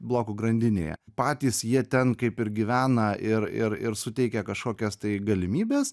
blokų grandinėje patys jie ten kaip ir gyvena ir ir ir suteikia kažkokias tai galimybes